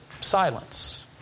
silence